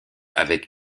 avec